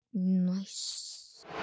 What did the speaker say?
Nice